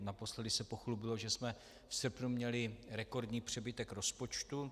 Naposledy se pochlubilo, že jsme v srpnu měli rekordní přebytek rozpočtu.